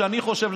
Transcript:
אני חושב,